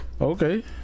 Okay